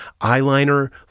eyeliner